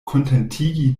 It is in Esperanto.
kontentigi